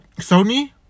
Sony